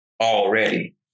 already